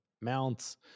mounts